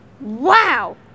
Wow